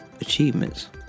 Achievements